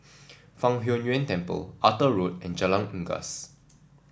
Fang Huo Yuan Temple Arthur Road and Jalan Unggas